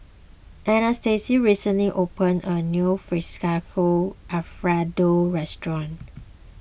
Anastacia recently opened a new Fettuccine Alfredo restaurant